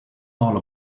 all